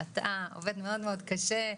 שאתה עובד מאוד מאוד קשה.